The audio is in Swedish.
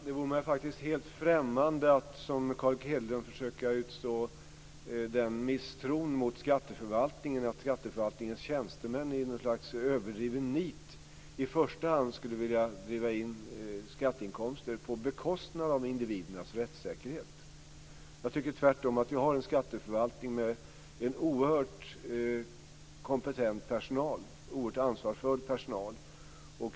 Fru talman! Det vore mig helt främmande att som Carl Erik Hedlund försöka utså misstro mot skatteförvaltningen och säga att skatteförvaltningens tjänstemän i något slags överdriven nit i första hand skulle vilja driva in skatteinkomster på bekostnad av individernas rättssäkerhet. Jag tycker tvärtom att vi har en skatteförvaltning med en oerhört kompetent och ansvarsfull personal.